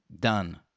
done